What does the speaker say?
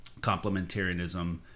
complementarianism